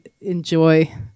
enjoy